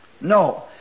No